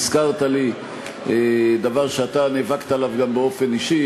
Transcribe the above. הזכרת לי דבר שאתה נאבקת עליו גם באופן אישי,